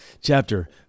chapter